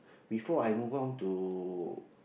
before I move on to